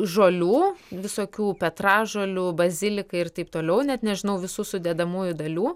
žolių visokių petražolių bazilikai ir taip toliau net nežinau visų sudedamųjų dalių